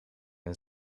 het